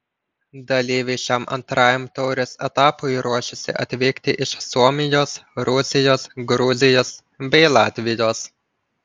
dalyviai šiam antrajam taurės etapui ruošiasi atvykti iš suomijos rusijos gruzijos bei latvijos